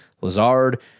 Lazard